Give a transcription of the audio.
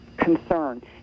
concern